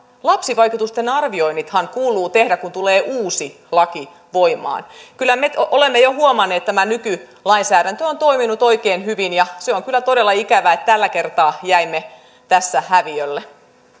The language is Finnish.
lapsivaikutusten arvioinnithan kuuluu tehdä kun tulee uusi laki voimaan kyllä me olemme jo huomanneet että tämä nykylainsäädäntö on toiminut oikein hyvin ja se on kyllä todella ikävää että tällä kertaa jäimme tässä häviölle